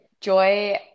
joy